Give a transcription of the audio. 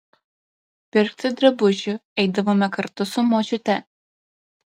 pirkti drabužių eidavome kartu su močiute